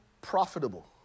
profitable